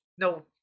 No